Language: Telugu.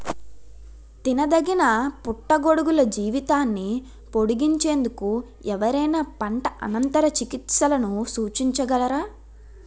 తినదగిన పుట్టగొడుగుల జీవితాన్ని పొడిగించేందుకు ఎవరైనా పంట అనంతర చికిత్సలను సూచించగలరా?